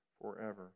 forever